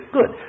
Good